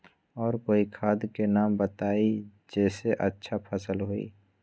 और कोइ खाद के नाम बताई जेसे अच्छा फसल होई?